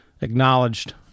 acknowledged